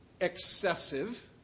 excessive